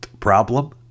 problem